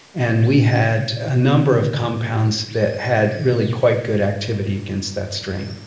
and we had a number of compounds that had really quite good activity against that strain.